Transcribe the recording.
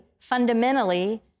fundamentally